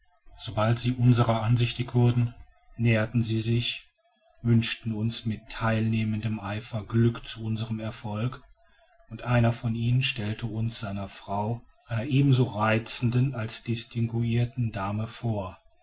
sobald sie unserer ansichtig wurden näherten sie sich wünschten uns mit teilnehmendem eifer glück zu unserem erfolge und einer von ihnen stellte uns seiner frau einer ebenso reizenden als distinguirten dame vor